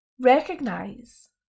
Recognize